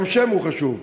גם שם הוא חשוב,